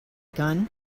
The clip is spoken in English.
gun